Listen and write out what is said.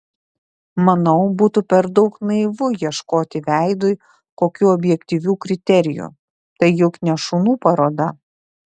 manau būtų per daug naivu ieškoti veidui kokių objektyvių kriterijų tai juk ne šunų paroda